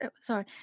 sorry